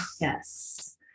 yes